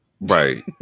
Right